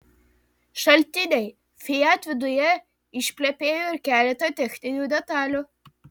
šaltiniai fiat viduje išplepėjo ir keletą techninių detalių